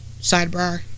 sidebar